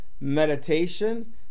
Meditation